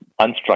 unstructured